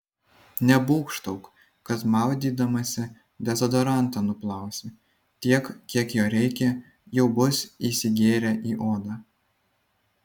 nebūgštauk kad maudydamasi dezodorantą nuplausi tiek kiek jo reikia jau bus įsigėrę į odą